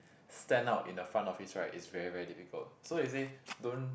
stand out in a front office right is very very difficult so he say don't